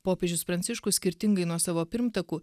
popiežius pranciškus skirtingai nuo savo pirmtakų